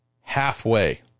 halfway